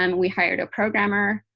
um we hired a programmer.